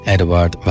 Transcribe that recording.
Edward